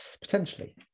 potentially